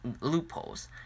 loopholes